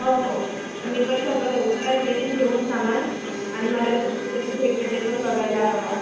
हो हो तर मी पण सगळं लवकरच येईन घेऊन सामान आणि मला सुट्टी कशी भेटते ते पण बघायला हवं